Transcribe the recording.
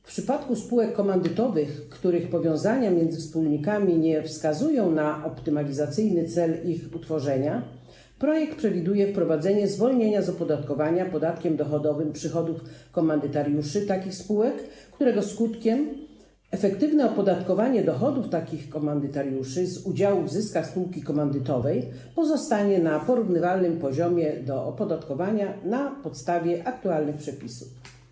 W przypadku spółek komandytowych, których powiązania między wspólnikami nie wskazują na optymalizacyjny cel ich utworzenia, projekt przewiduje wprowadzenie zwolnienia z opodatkowania podatkiem dochodowym przychodów komandytariuszy takich spółek, którego skutkiem efektywne opodatkowanie dochodów takich komandytariuszy z udziału w zyskach spółki komandytowej pozostanie na porównywalnym poziomie do opodatkowania na podstawie aktualnych przepisów.